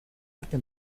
arte